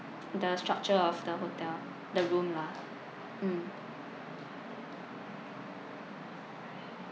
the structure of the hotel the room lah mm